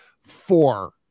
Four